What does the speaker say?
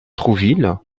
trouville